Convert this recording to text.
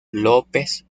lópez